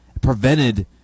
prevented –